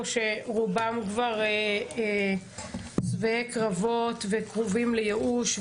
שרובם כבר שבעי קרבות וקרובים לייאוש.